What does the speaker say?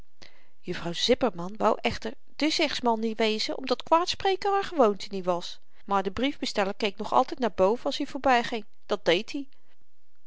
juffrouw zipperman wou echter de zegsman niet wezen omdat kwaadspreken haar gewoonte niet was maar de briefbesteller keek nog altyd naar boven als i voorbyging dat deet i